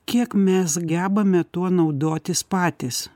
kiek mes gebame tuo naudotis patys